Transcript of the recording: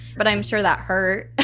but i'm sure that her